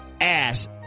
ass